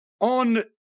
on